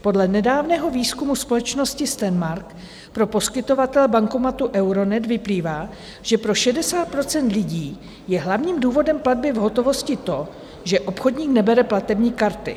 Podle nedávného výzkumu společnosti STEM/MARK pro poskytovatele bankomatů Euronet vyplývá, že pro 60 % lidí je hlavním důvodem platby v hotovosti to, že obchodník nebere platební karty.